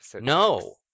no